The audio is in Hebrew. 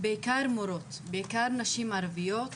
בעיקר מורות, בעיקר נשים ערביות,